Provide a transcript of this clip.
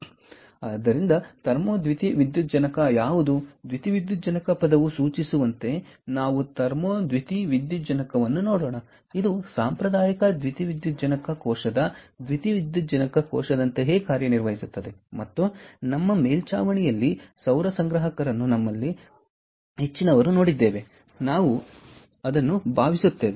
ಆದ್ದರಿಂದ ಥರ್ಮೋ ದ್ಯುತಿವಿದ್ಯುಜ್ಜನಕ ಯಾವುದು ದ್ಯುತಿವಿದ್ಯುಜ್ಜನಕ ಪದವು ಸೂಚಿಸುವಂತೆ ನಾವು ಈ ಥರ್ಮೋ ದ್ಯುತಿವಿದ್ಯುಜ್ಜನಕವನ್ನು ನೋಡೋಣ ಇದು ಸಾಂಪ್ರದಾಯಿಕ ದ್ಯುತಿವಿದ್ಯುಜ್ಜನಕ ಕೋಶದ ದ್ಯುತಿವಿದ್ಯುಜ್ಜನಕ ಕೋಶದಂತೆಯೇ ಕಾರ್ಯನಿರ್ವಹಿಸುತ್ತದೆ ಮತ್ತು ನಮ್ಮ ಮೇಲ್ಚಾವಣಿಯಲ್ಲಿ ಸೌರ ಸಂಗ್ರಾಹಕರನ್ನು ನಮ್ಮಲ್ಲಿ ಹೆಚ್ಚಿನವರು ನೋಡಿದ್ದೇವೆ ಎಂದು ನಾನು ಭಾವಿಸುತ್ತೇನೆ